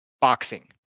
boxing